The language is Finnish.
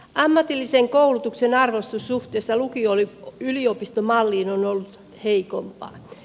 ammatillisen koulutuksen arvostus suhteessa lukioyliopisto malliin on ollut heikompaa